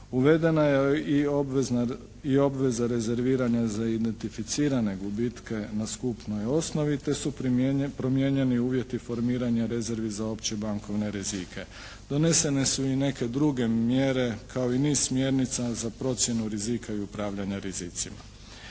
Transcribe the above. Uvedena je i obveza rezerviranja za identificirane gubitke na skupnoj osnovi te su promijenjeni uvjeti formiranja rezervi za opće bankovne rizike. Donesene su i neke druge mjere kao i niz smjernica za procjenu rizika i upravljanja rizicima.